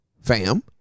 Fam